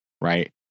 right